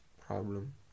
Problem